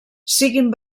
siguin